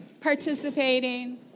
Participating